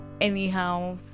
anyhow